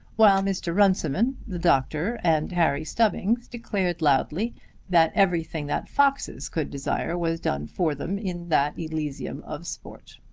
while mr. runciman, the doctor, and harry stubbings declared loudly that everything that foxes could desire was done for them in that elysium of sport.